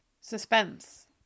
Suspense